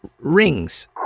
Rings